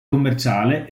commerciale